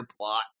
plot